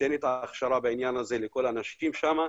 ייתן את ההכשרה בעניין הזה לכל האנשים שם,